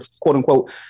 quote-unquote